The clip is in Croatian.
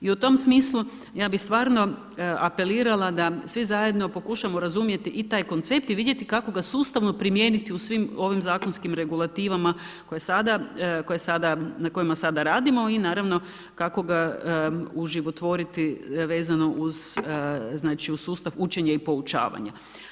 I u tom smislu ja bih stvarno apelirala da svi zajedno pokušamo razumjeti i taj koncept i vidjeti kako ga sustavno primijeniti u svim ovim zakonskim regulativama koje sada, na kojima sada radimo i naravno kako ga uživotvoriti vezano uz sustav učenja i poučavanja.